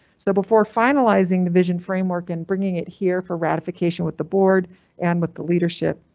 so, before finalizing the vision framework and bringing it here for ratification with the board and with the leadership,